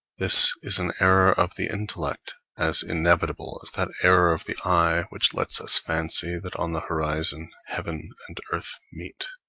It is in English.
this is an error of the intellect as inevitable as that error of the eye which lets us fancy that on the horizon heaven and earth meet.